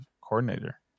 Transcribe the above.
coordinator